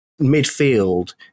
midfield